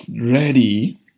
ready